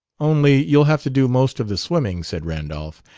only you'll have to do most of the swimming, said randolph.